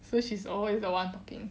so she's always the one talking